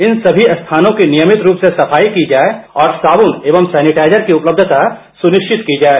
इन समी स्थानों की नियमित रूप से सफाई की जाए और साबुन और सेनिटाइजर की उपलब्धता सुनिश्चित की जाए